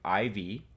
IV